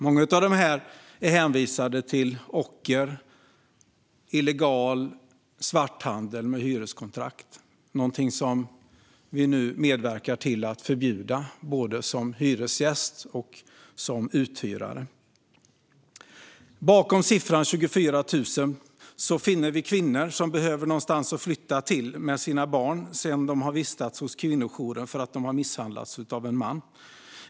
Många av dessa är hänvisade till ocker och illegal svarthandel med hyreskontrakt, någonting som vi nu medverkar till att förbjuda både för hyresgäster och för uthyrare. Bakom siffran 24 000 finner vi kvinnor som behöver någonstans att flytta med sina barn sedan de vistats hos kvinnojouren efter att ha misshandlats av en man.